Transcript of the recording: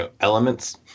elements